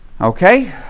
Okay